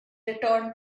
returned